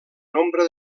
nombre